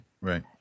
right